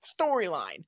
storyline